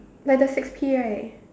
like the six P right